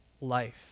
life